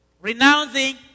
Renouncing